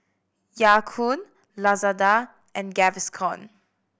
Ya Kun Lazada and Gaviscon